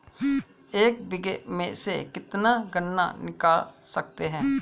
एक बीघे में से कितना गन्ना निकाल सकते हैं?